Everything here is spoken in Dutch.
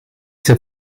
zet